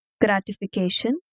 gratification